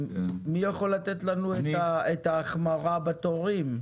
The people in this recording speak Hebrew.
מי יכול לתת לנו את ההחמרה בתורים?